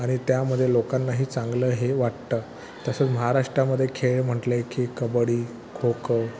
आणि त्यामध्ये लोकांनाही चांगलं हे वाटतं तसंच महाराष्ट्रामध्ये खेळ म्हटले की कबड्डी खो खो